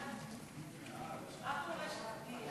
סעיפים 1 3